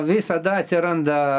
visada atsiranda